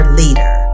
leader